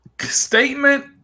statement